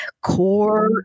core